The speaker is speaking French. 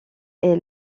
est